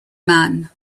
man